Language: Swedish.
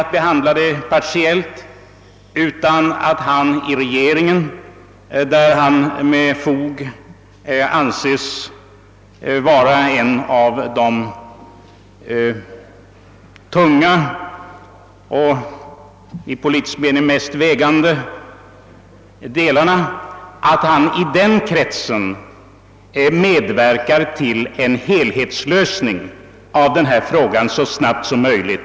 Låt mig därför uttala önskan om att han i regeringen inte skall inskränka sig till den partiella syn på frågan som vi i dag dryftat, utan skall medverka till en helhetslösning så snabbt som möjligt.